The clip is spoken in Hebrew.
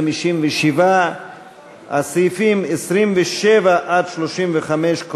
57. סעיפים 27 35,